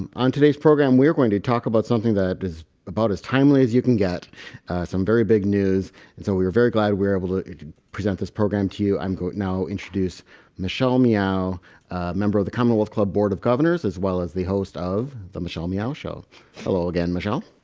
um on today's program we're going to talk about something that is about as timely as you can get some very big news and so we were very glad we were able to present this program to you i'm going now introduce michelle meow a member of the commonwealth club board of governors as well as the host of the michelle meow show hello again, michelle.